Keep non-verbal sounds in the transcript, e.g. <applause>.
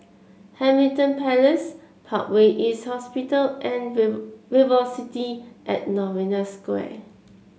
Hamilton Place Parkway East Hospital and <unintelligible> Velocity At Novena Square